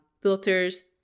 filters